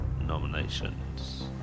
nominations